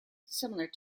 similar